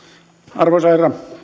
arvoisa herra